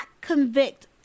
convict